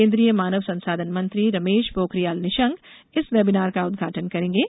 केन्द्रीय मानव संसाधन मंत्री रमेश पोखरियाल निशंक इस वेबनार का उद्घाटन करेंगे